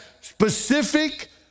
specific